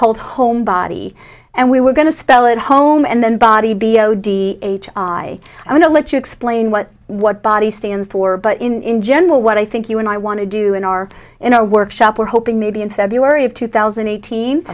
called home body and we were going to spell it home and then body b o d h i want to let you explain what what body stands for but in general what i think you and i want to do in our in our workshop we're hoping maybe in february of two thousand and eighteen